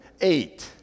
eight